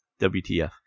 WTF